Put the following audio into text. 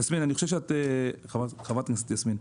חה"כ יסמין,